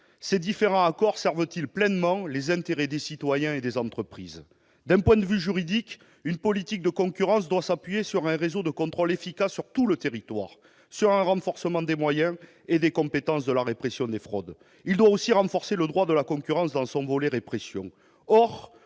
ces différents accords servent-ils pleinement les intérêts des citoyens et des entreprises ? D'un point de vue juridique, une politique de concurrence doit s'appuyer sur un réseau de contrôle efficace sur tout le territoire, sur un renforcement des moyens et des compétences de la répression des fraudes. Il doit aussi renforcer le droit de la concurrence dans son volet répression.